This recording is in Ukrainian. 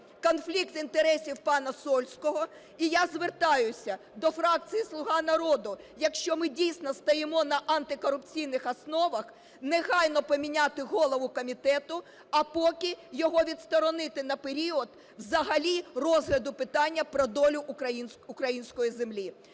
конфлікт інтересів пана Сольського. І я звертаюся до фракції "Слуга народу", якщо ми, дійсно, стоїмо на антикорупційних основах, негайно поміняти голову комітету, а поки його відсторонити на період взагалі розгляду питання про долю української землі.